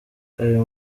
ayo